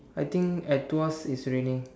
I think at Tuas it's raining